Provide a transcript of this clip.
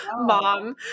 mom